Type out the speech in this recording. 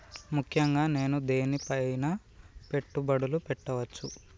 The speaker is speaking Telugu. ముఖ్యంగా నేను దేని పైనా పెట్టుబడులు పెట్టవచ్చు?